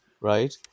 Right